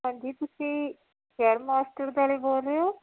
ਹਾਂਜੀ ਤੁਸੀਂ hair masters ਵਾਲੇ ਬੋਲ ਰਹੇ ਹੋ